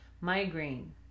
migraine